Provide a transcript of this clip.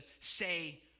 say